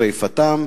ושרפתם.